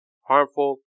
harmful